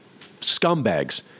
scumbags